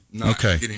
Okay